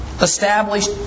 established